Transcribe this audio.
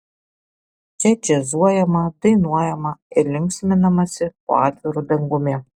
čia džiazuojama dainuojama ir linksminamasi po atviru dangumi